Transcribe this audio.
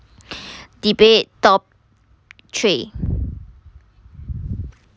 debate top three